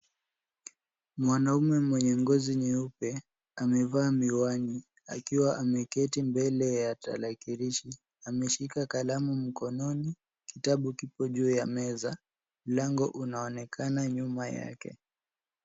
Mwanaume mwenye ngozi nyeupe amevaa miwani akiwa ameketi mbele ya tarakilishi. Ameshika kalamu mkononi, kitabu kiko juu ya meza. Mlango unaonekana nyuma yake.